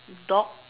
dog